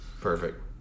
Perfect